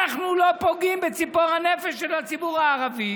אנחנו לא פוגעים בציפור הנפש של הציבור הערבי